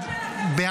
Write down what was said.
הוא רק עושה נזק.